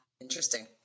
Interesting